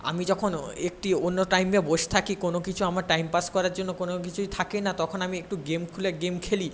আমি যখন একটি অন্য টাইম নিয়ে বসে থাকি কোনো কিছু আমার টাইম পাস করার জন্য কোনো কিছুই থাকে না তখন আমি একটু গেম খুলে গেম খেলি